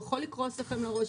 הוא יכול לקרוס לכם על הראש,